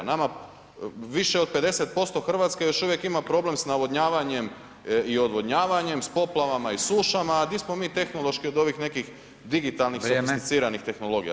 Nama više od 50% Hrvatske još uvijek ima problem sa navodnavanjem i odvodnjavanjem, s poplavama i sušama a gdje smo mi tehnološki od ovih nekih digitalnih sofisticiranih tehnologija.